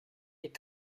est